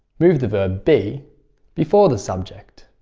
move the verb be before the subject.